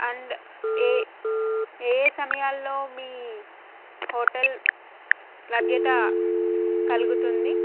and ఏ ఏఏ సమయాల్లో మీ హోటల్ లభ్యత కల్గుతుంది